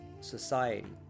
society